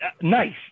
Nice